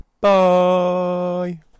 bye